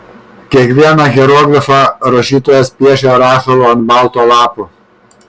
kiekvieną hieroglifą rašytojas piešia rašalu ant balto lapo